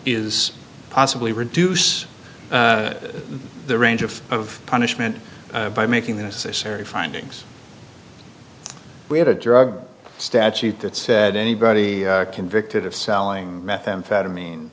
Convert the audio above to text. is possibly reduce the range of punishment by making the necessary findings we had a drug statute that said anybody convicted of selling methamphetamine